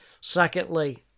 Secondly